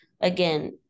again